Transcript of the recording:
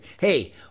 hey